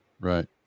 right